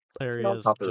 areas